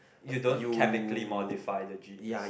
you don't chemically modified the genes